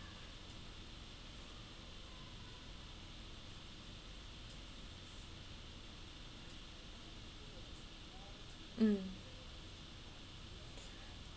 mm